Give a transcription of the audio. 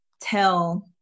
tell